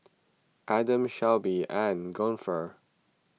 Adam Shoaib and Guntur